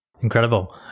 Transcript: Incredible